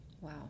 Wow